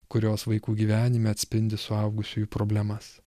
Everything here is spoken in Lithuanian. kurios vaikų gyvenime atspindi suaugusiųjų problemas